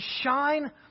shine